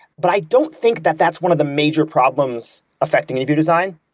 but i don't think that that's one of the major problems affecting interview design.